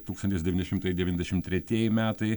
tūkstantis devyni šimtai devyniasdešim tretieji metai